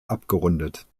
abgerundet